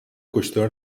کشتار